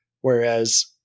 Whereas –